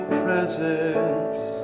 presence